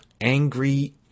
Angry